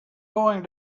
going